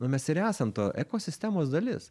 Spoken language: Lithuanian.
nu mes ir esam to ekosistemos dalis